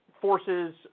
forces